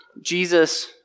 Jesus